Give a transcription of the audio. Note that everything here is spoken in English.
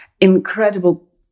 incredible